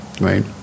right